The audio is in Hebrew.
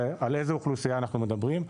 ועל איזו אוכלוסייה אנחנו מדברים?